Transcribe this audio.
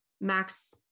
Max